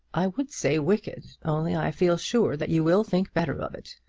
i would say wicked, only i feel sure that you will think better of it.